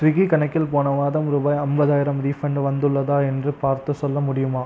Swiggy கணக்கில் போன மாதம் ரூபாய் ஐம்பதாயிரம் ரீஃபண்ட் வந்துள்ளதா என்று பார்த்துச் சொல்ல முடியுமா